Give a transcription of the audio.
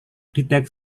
detects